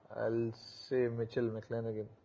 i'll say mitchell mcclenaghan.